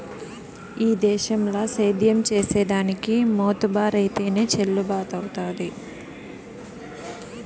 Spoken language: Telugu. ఈ దేశంల సేద్యం చేసిదానికి మోతుబరైతేనె చెల్లుబతవ్వుతాది